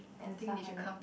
and stuff like that